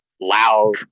loud